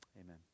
Amen